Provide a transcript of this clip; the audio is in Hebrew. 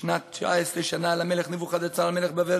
שנת תשע עשרה שנה למלך נבוכדראצר מלך בבל